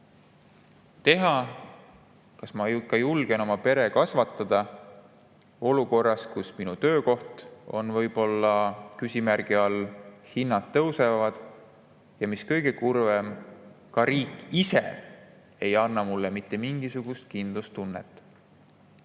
teha. Kas ma ikka julgen oma peret kasvatada olukorras, kus minu töökoht on võib-olla küsimärgi all, hinnad tõusevad, ja mis kõige kurvem, ka riik ise ei anna mulle mitte mingisugust kindlustunnet? Selle